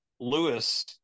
Lewis